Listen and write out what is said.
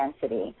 density